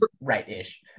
right-ish